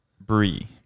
brie